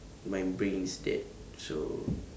my brain is dead so